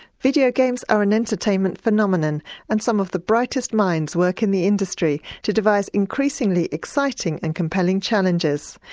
video games are an entertainment phenomenon and some of the brightest minds work in the industry to devise increasingly exciting and compelling challenges.